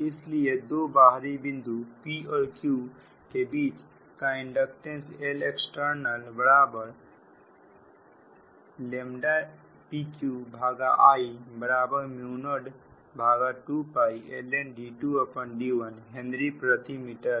इसलिए दो बाहरी बिंदु p और q के बीच का इंडक्टेंस LextpqI02lnहेनरी प्रति मीटर